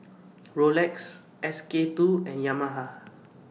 Rolex SK two and Yamaha